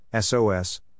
SOS